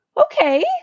okay